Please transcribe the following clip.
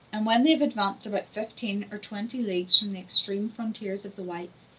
and when they have advanced about fifteen or twenty leagues from the extreme frontiers of the whites,